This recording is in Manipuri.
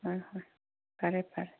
ꯍꯣꯏ ꯍꯣꯏ ꯐꯔꯦ ꯐꯔꯦ